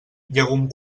llegum